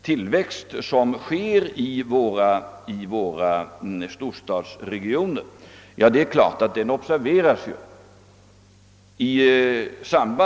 Tillväxten i våra storstadsregioner observeras naturligtvis.